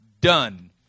done